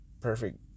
perfect